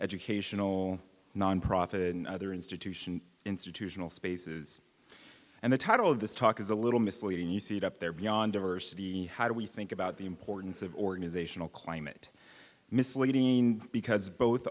educational nonprofit and other institution institutional spaces and the title of this talk is a little misleading you see it up there beyond diversity how do we think about the importance of organizational climate misleading because both